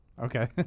Okay